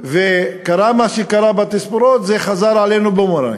וקרה מה שקרה בתספורות, זה חזר כמו בומרנג,